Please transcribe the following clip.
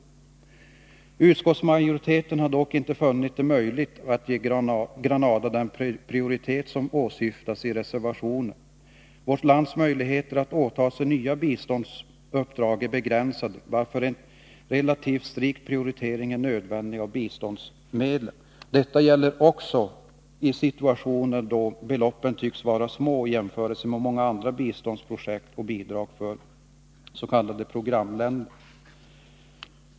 Utskottsmajoriteten har dock inte funnit det möjligt att ge Grenada den prioritet som åsyftas i reservationen. Vårt lands möjligheter att åta sig nya biståndsuppdrag är begränsade, varför en relativt strikt prioritering av biståndsmedlen är nödvändig. Detta gäller också i situationer då beloppen tycks vara små i jämförelse med många andra biståndsprojekt och bidrag till s.k. programländer.